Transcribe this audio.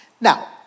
Now